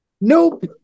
Nope